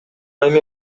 эми